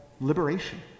liberation